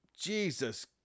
Jesus